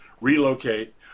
relocate